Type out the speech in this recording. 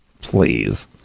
Please